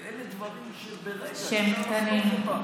אלה דברים, שהם קטנים.